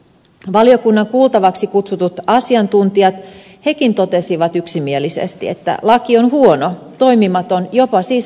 valiokunnan kuultavaksi kutsutut asiantuntijatkin totesivat yksimielisesti että laki on huono toimimaton jopa siis vahingollinen